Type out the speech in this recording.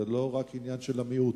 זה לא רק עניין של המיעוט,